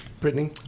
Brittany